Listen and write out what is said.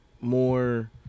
more